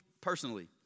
personally